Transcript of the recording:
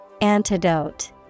Antidote